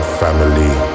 family